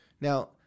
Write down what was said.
Now